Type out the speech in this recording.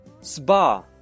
Spa